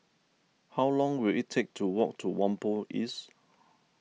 how long will it take to walk to Whampoa East